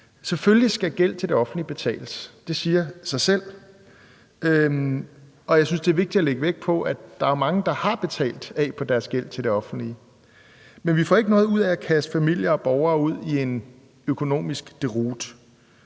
Selvfølgelig skal gæld til det offentlige betales, det siger sig selv. Jeg synes, det er vigtigt at lægge vægt på, at der jo er mange, der har betalt af på deres gæld til det offentlige. Men vi får ikke noget ud af at kaste familier og borgere ud i en økonomisk deroute.